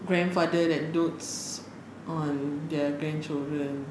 grandfather that dotes on their grandchildren